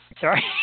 Sorry